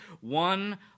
one